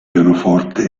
pianoforte